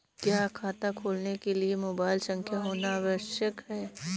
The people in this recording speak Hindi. क्या खाता खोलने के लिए मोबाइल संख्या होना आवश्यक है?